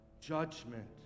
judgment